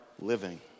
living